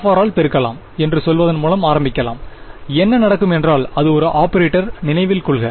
f ஆல் பெருக்கலாம் என்று சொல்வதன் மூலம் ஆரம்பிக்கலாம் என்ன நடக்கும் என்றால் அது ஒரு ஆபரேட்டர் நினைவில் கொள்க